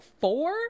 four